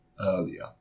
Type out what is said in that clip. earlier